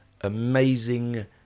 amazing